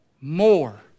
more